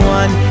one